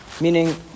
Meaning